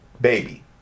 baby